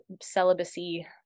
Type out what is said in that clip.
celibacy